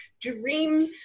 dream